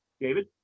David